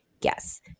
yes